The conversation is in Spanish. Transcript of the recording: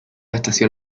estación